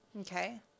Okay